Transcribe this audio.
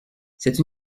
cette